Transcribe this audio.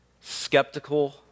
skeptical